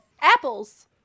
Apples